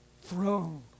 throne